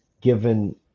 given